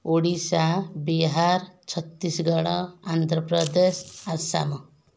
Odisha Bihar Chhattisgarh Andhra Pradesh Assam